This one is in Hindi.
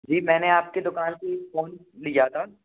जी मैंने आपके दुकान से ये फ़ोन लिया था